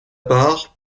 part